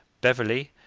beverley,